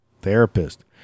Therapist